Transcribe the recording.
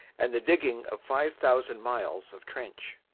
and the digging of five thousand miles of trench.